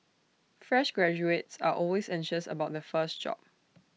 fresh graduates are always anxious about their first job